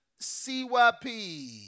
CYP